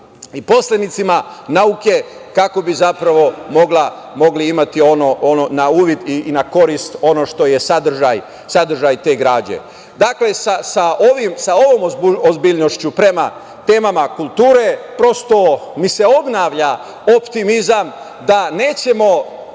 i poslenicima nauke kako bi zapravo mogli imati na uvid i na korist ono što je sadržaj te građe. Dakle, sa ovom ozbiljnošću prema temama kulture, prosto mi se obnavlja optimizam da nećemo